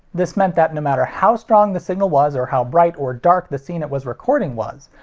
this meant that no matter how strong the signal was or how bright or dark the scene it was recording was,